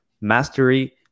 Mastery